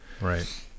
Right